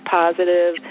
positive